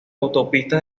autopista